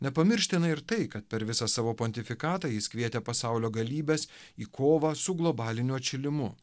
nepamirština ir tai kad per visą savo pontifikatą jis kvietė pasaulio galybes į kovą su globaliniu atšilimu